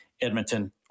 Edmonton